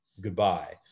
goodbye